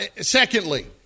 Secondly